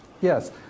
Yes